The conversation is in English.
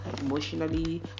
emotionally